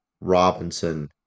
Robinson